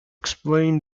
explain